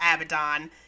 Abaddon